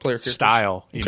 style